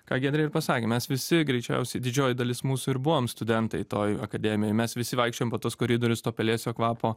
ką giedrė ir pasakė mes visi greičiausiai didžioji dalis mūsų ir buvom studentai toj akademijoj mes visi vaikščiojom po tuos koridorius to pelėsio kvapo